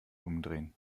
umdrehen